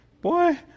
boy